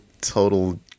total